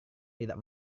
tidak